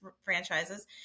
franchises